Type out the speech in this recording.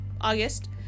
August